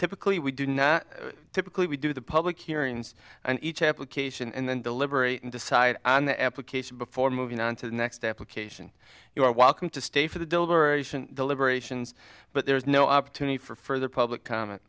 typically we do not typically we do the public hearings on each application and then deliberate and decide on the application before moving on to the next application you are welcome to stay for the deliberation deliberations but there is no opportunity for further public comm